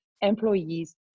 employees